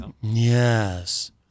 Yes